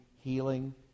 healing